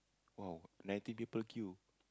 !wow! ninety people queue